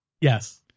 Yes